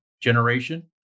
generation